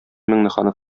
миңнеханов